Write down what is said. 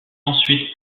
ensuite